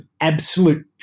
absolute